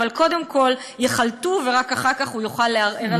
אבל קודם כול יחלטו ורק אחר כך הוא יוכל לערער על כך.